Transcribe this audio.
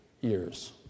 years